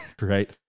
right